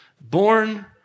born